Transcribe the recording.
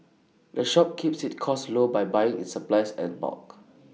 the shop keeps its costs low by buying its supplies as bulk